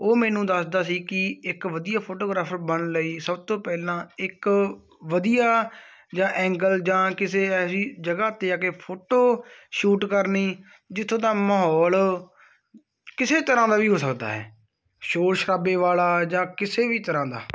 ਉਹ ਮੈਨੂੰ ਦੱਸਦਾ ਸੀ ਕਿ ਇੱਕ ਵਧੀਆ ਫੋਟੋਗ੍ਰਾਫਰ ਬਣਨ ਲਈ ਸਭ ਤੋਂ ਪਹਿਲਾਂ ਇੱਕ ਵਧੀਆ ਜਿਹਾ ਐਂਗਲ ਜਾਂ ਕਿਸੇ ਐਸੀ ਜਗ੍ਹਾ 'ਤੇ ਜਾ ਕੇ ਫੋਟੋ ਸ਼ੂਟ ਕਰਨੀ ਜਿੱਥੋਂ ਦਾ ਮਾਹੌਲ ਕਿਸੇ ਤਰ੍ਹਾਂ ਦਾ ਵੀ ਹੋ ਸਕਦਾ ਹੈ ਸ਼ੋਰ ਸ਼ਰਾਬੇ ਵਾਲਾ ਜਾਂ ਕਿਸੇ ਵੀ ਤਰ੍ਹਾਂ ਦਾ